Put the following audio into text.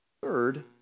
Third